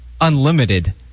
unlimited